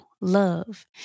love